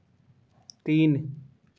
तीन